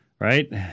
right